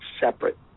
separate